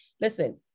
listen